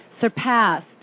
surpassed